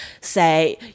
say